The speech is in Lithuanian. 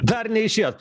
dar neišėjot